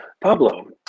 Pablo